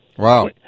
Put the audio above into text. Wow